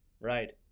right